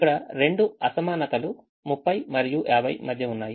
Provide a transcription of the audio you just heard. ఇక్కడ రెండు అసమానతలు 30 మరియు 50 మధ్య ఉన్నాయి